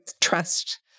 trust